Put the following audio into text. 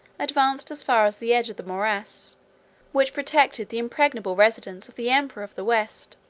advanced as far as the edge of the morass which protected the impregnable residence of the emperor of the west.